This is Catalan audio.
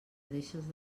deixes